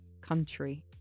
country